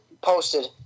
posted